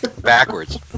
Backwards